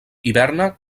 hiberna